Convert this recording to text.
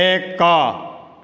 ଏକ